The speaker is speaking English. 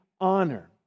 honor